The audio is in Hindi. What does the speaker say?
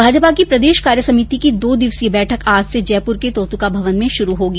भाजपा की प्रदेश कार्य समिति की दो दिवसीय बैठक आज से जयपुर के तोतुका भवन में शुरू होगी